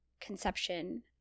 conception